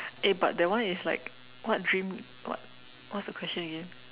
eh but that one is like what dream what what's the question again